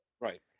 Right